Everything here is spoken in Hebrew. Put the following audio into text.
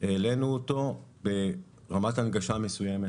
העלינו אותו ברמת הנגשה מסוימת.